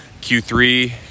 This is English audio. Q3